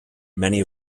many